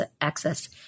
access